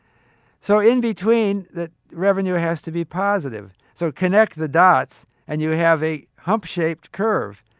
so in between, the revenue has to be positive. so connect the dots and you have a hump-shaped curve.